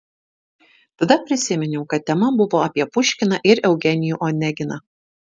tada prisiminiau kad tema buvo apie puškiną ir eugenijų oneginą